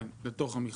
כן, בתוך המכרז.